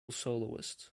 soloist